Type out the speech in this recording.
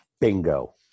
Bingo